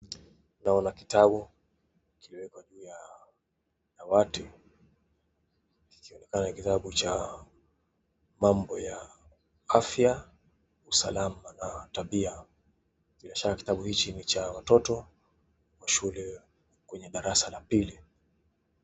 Naona kitabu kimeekwa juu ya dawati, kikionekana ni kitabu cha mambo ya afya, usalama na tabia. Bila shaka, kitabu hiki ni cha watoto wa shule kwenye darasa la pili.